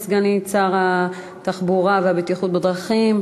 סגנית שר התחבורה והבטיחות בדרכים,